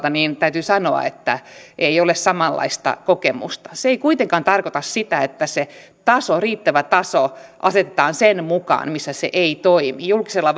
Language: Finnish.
täytyy sanoa että ei ole samanlaista kokemusta se ei kuitenkaan tarkoita sitä että se riittävä taso asetetaan sen mukaan missä se ei toimi julkisella